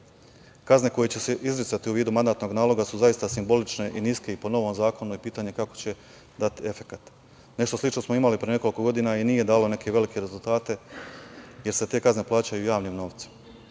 itd. Kazne koje će se izricati u vidu mandatnog naloga su zaista simbolične i iske i po novom zakonu je pitanje kako će dati efekat. Nešto slično smo imali pre nekoliko godina i nije dalo neke velike rezultate, jer se te kazne plaćaju javnim novcem.